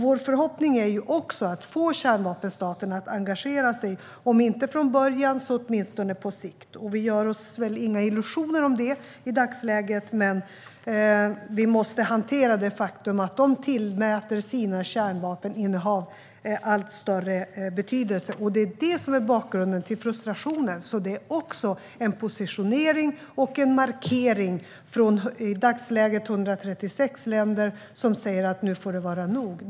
Vår förhoppning är också att få kärnvapenstaterna att engagera sig - om inte från början så åtminstone på sikt. Vi gör oss väl inga illusioner om det i dagsläget. Men vi måste hantera det faktum att de tillmäter sina kärnvapeninnehav allt större betydelse. Det är bakgrunden till frustrationen. Det är också en positionering och en markering från i dagsläget 136 länder som säger: Nu får det vara nog.